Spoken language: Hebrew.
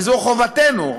וזו חובתנו,